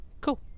Cool